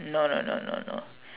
no no no no no